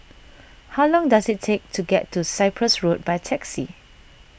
how long does it take to get to Cyprus Road by taxi